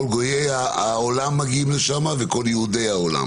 כל גויי העולם מגיעים לשם וכל יהודי העולם.